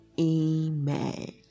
amen